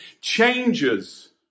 changes